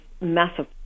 massive